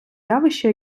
явища